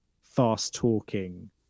fast-talking